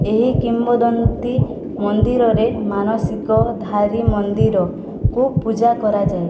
ଏହି କିମ୍ବଦନ୍ତୀ ମନ୍ଦିରରେ ମାନସିକଧାରୀ ମନ୍ଦିରକୁ ପୂଜା କରାଯାଏ